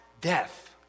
death